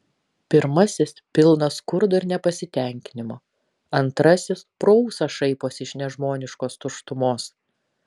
pirmasis pilnas skurdo ir nepasitenkinimo antrasis pro ūsą šaiposi iš nežmoniškos tuštumos